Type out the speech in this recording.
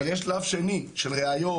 אבל יש שלב שני של ראיות,